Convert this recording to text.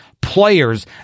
players